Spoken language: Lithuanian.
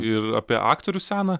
ir apie aktorių seną